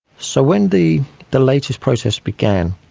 so when the the latest protest began,